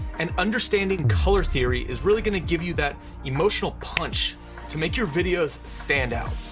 and understanding color theory is really gonna give you that emotional punch to make your videos stand out.